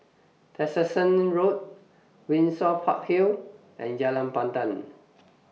Tessensohn Road Windsor Park Hill and Jalan Pandan